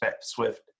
swift